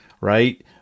right